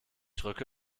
drücke